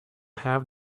have